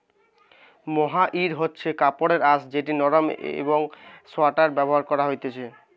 mohair হচ্ছে কাপড়ের আঁশ যেটি নরম একং সোয়াটারে ব্যবহার করা হতিছে